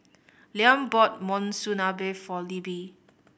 Liam bought Monsunabe for Libby